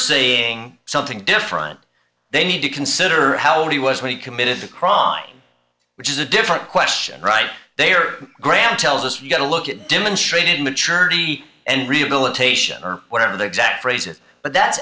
seeing something different they need to consider how old he was when he committed the crime which is a different question right they are grand tells us we've got to look at demonstrated maturity and rehabilitation or whatever the exact phrases but that